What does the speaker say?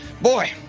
boy